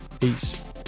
Peace